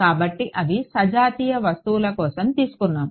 కాబట్టి అవి సజాతీయ వస్తువుల కోసం తీసుకున్నాము